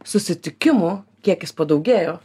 susitikimų kiekis padaugėjo